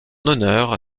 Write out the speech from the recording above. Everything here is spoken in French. honneur